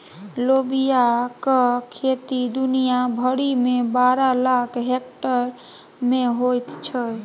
लोबियाक खेती दुनिया भरिमे बारह लाख हेक्टेयर मे होइत छै